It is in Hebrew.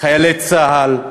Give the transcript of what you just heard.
חיילי צה"ל,